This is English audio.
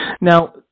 Now